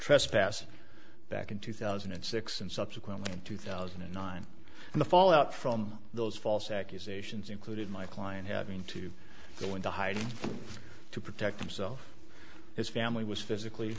trespass back in two thousand and six and subsequently in two thousand and nine and the fallout from those false accusations included my client having to go into hiding to protect himself his family was physically